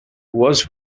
was